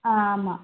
ஆமாம்